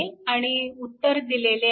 आणि उत्तर दिले आहे